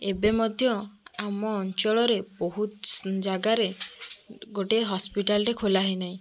ଏବେ ମଧ୍ୟ ଆମ ଅଞ୍ଚଳରେ ବହୁତ ଜାଗାରେ ଗୋଟେ ହସ୍ପିଟାଲ୍ଟେ ଖୋଲା ହୋଇନାହିଁ